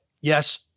yes